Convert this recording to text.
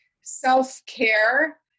self-care